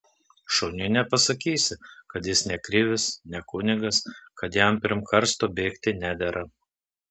šuniui nepasakysi kad jis ne krivis ne kunigas kad jam pirm karsto bėgti nedera